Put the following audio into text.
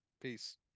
Peace